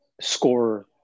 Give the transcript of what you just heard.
scorer